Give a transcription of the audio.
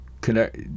connect